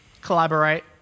collaborate